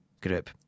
group